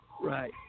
Right